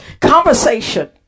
Conversation